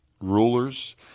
rulers